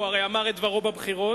הוא הרי אמר את דברו בבחירות,